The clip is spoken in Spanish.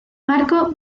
marco